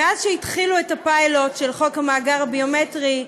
מאז שהתחילו את הפיילוט של חוק המאגר הביומטרי,